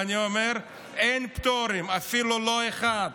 ואני אומר: אין פטורים, אפילו לא אחד.